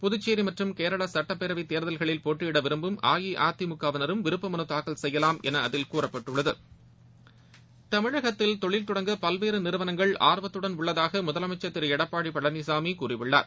புதுச்சேரி மற்றம் கேரள சட்டப்பேரவைத் தேர்தல்களில் போட்டியிட விரும்பும் அஇஅதிமுக வினரும் விருப்ப மனு தாக்கல் செய்யலாம் என அதில் கூறப்பட்டுள்ளது தமிழகத்தில் தொழில் தொடங்க பல்வேறு நிறுவனங்கள் ஆர்வத்துடன் உள்ளதாக முதலமைச்சர் திரு எடப்பாடி பழனிசாமி கூறியுள்ளார்